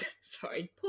Sorry